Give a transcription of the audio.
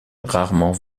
rarement